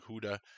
Huda